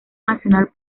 nacional